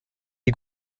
est